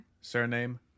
Surname